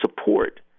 support